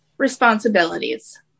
responsibilities